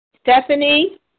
Stephanie